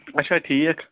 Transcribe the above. اچھا ٹھیٖک